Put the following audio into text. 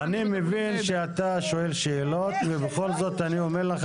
מבין שאתה שואל שאלות ובכל זאת אני אומר לך